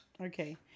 Okay